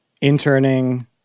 interning